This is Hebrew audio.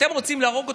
אתם רוצים להרוג אותו,